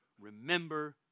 remember